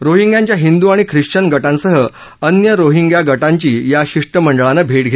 रोहिंग्यांच्या हिंदू आणि ख्रिश्वन गटांसह अन्य रोहिंग्या गटांची या शिष्टमंडळानं भेट घेतली